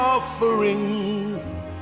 Offering